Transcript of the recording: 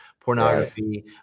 pornography